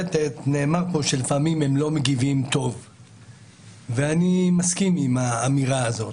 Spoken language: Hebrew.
נאמר פה שלפעמים הרשות השופטת לא מגיבה טוב ואני מסכים עם האמירה הזאת.